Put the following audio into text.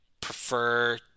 prefer